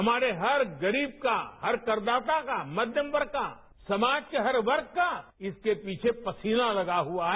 हमारे हर गरीब का हर करदाता का मध्यम वर्ग का समाज के हर वर्ग का इसके पसीना लगा हुआ है